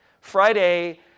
Friday